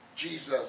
Jesus